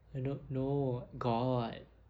I don't know got